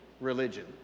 religion